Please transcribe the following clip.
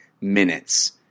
minutes